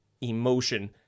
emotion